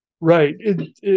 Right